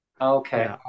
Okay